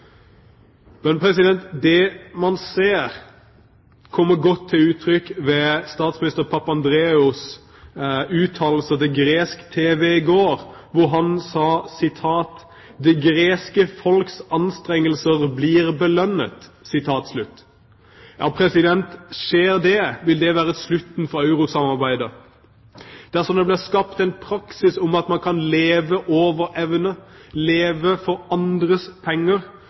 Det kommer godt til uttrykk ved statsminister Papandreous uttalelser til gresk tv i går. Han sa: Det greske folkets anstrengelser blir belønnet. Skjer det, vil det være slutten for eurosamarbeidet. Dersom det blir skapt en praksis, at man kan leve over evne, leve av andres penger,